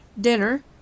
dinner